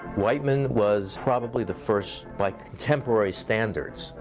whiteman was probably the first, by contemporary standards,